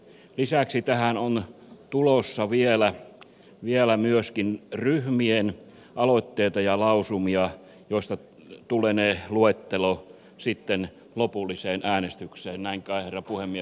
lisäksi tähän on tulossa vielä myöskin ryhmien aloitteita ja lausumia joista tullee luettelo sitten lopulliseen äänestykseen näin kai herra puhemies asia on